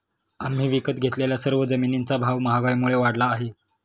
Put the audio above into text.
आम्ही विकत घेतलेल्या सर्व जमिनींचा भाव महागाईमुळे वाढला आहे